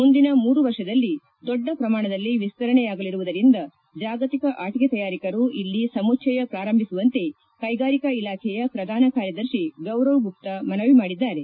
ಮುಂದಿನ ಮೂರು ವರ್ಷದಲ್ಲಿ ದೊಡ್ಡ ಪ್ರಮಾಣದಲ್ಲಿ ವಿಸ್ತರಣೆಯಾಗಲಿರುವುದರಿಂದ ಜಾಗತಿಕ ಆಟಕೆ ತಯಾರಕರು ಇಲ್ಲಿ ಸಮುಚ್ಲಯ ಪ್ರಾರಂಭಿಸುವಂತೆ ಕೈಗಾರಿಕಾ ಇಲಾಖೆಯ ಪ್ರಧಾನ ಕಾರ್ಯದರ್ತಿ ಗೌರವ್ ಗುಪ್ತಾ ಮನವಿ ಮಾಡಿದ್ದಾರೆ